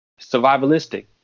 Survivalistic